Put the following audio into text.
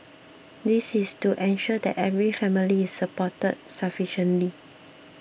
this is to ensure that every family is supported sufficiently